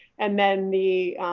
and then the